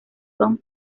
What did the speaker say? son